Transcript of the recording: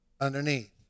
underneath